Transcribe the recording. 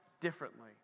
differently